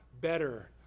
better